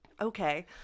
Okay